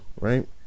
right